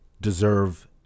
deserve